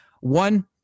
One